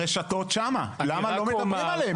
הרשתות שם, למה לא מדברים עליהן?